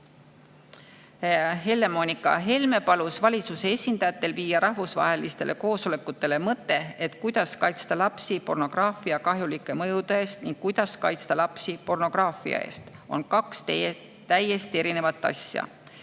Helme palus valitsuse esindajatel viia rahvusvahelistele koosolekutele mõte, et kuidas kaitsta lapsi pornograafia kahjuliku mõju eest ning kuidas kaitsta lapsi pornograafia eest, on kaks täiesti erinevat asja.